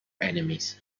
enemies